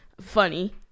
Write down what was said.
Funny